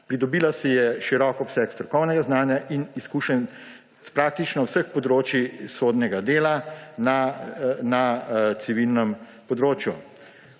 Pridobila si je širok obseg strokovnega znanja in izkušenj s praktično vseh področij sodnega dela na civilnem področju.